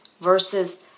versus